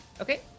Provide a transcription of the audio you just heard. Okay